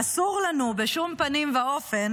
-- אסור לנו בשום פנים ואופן